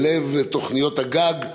בלב תוכניות הגג: